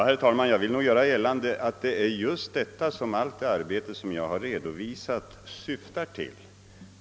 Herr talman! Jag vill göra gällande att vad herr Eliasson i Sundborn här talat om är just vad allt det arbete jag redovisat syftar till.